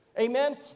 Amen